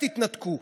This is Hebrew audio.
תתנתקו.